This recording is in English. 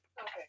okay